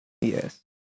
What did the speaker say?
Yes